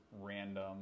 random